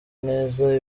neza